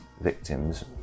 victims